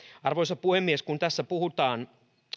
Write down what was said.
arvoisa puhemies kun tässä puhutaan